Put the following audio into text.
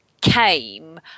came